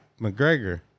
McGregor